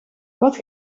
wat